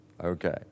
Okay